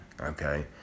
okay